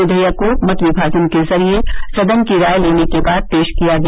विधेयक को मत विभाजन के जरिये सदन की राय लेने के बाद पेश किया गया